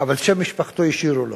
אבל את שם משפחתו השאירו לו,